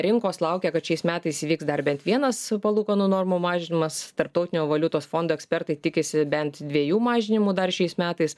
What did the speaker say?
rinkos laukia kad šiais metais įvyks dar bent vienas palūkanų normų mažinimas tarptautinio valiutos fondo ekspertai tikisi bent dviejų mažinimų dar šiais metais